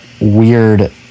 weird